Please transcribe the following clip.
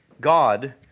God